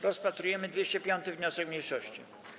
Rozpatrujemy 205. wniosek mniejszości.